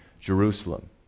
Jerusalem